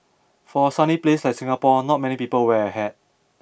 for a sunny place like Singapore not many people wear a hat